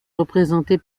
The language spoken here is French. représentée